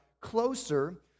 closer